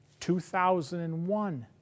2001